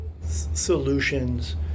solutions